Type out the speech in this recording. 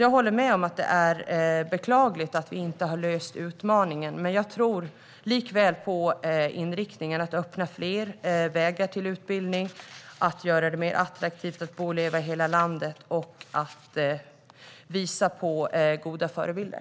Jag håller med om att det är beklagligt att vi inte har löst utmaningen. Men jag tror likväl på inriktningen att öppna fler vägar till utbildning, att göra det mer attraktivt att bo och leva i hela landet och att visa på goda förebilder.